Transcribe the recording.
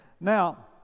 Now